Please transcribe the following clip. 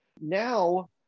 now